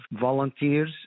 volunteers